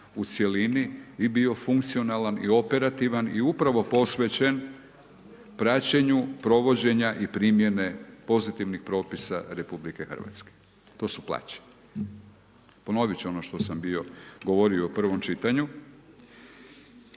u cjelini i bio funkcionalan i operativan i upravo posvećen praćenju provođenja i primjene pozitivnih propisa RH, to su plaće. Ponoviti ću ono što sam bio govorio u prvom čitanju.